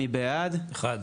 הצבעה בעד, 1 נגד,